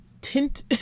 tint